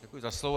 Děkuji za slovo.